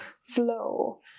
flow